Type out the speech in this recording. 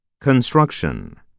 Construction